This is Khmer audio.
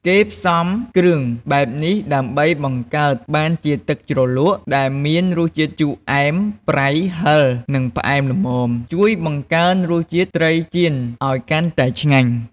គេផ្សំគ្រឿងបែបនេះ ដើម្បីបង្កើតបានជាទឹកជ្រលក់ដែលមានរសជាតិជូរ អែម ប្រៃ ហឹរ និងផ្អែមល្មម ជួយបង្កើនរសជាតិត្រីចៀនឱ្យកាន់តែឆ្ងាញ់។